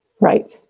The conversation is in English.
Right